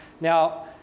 Now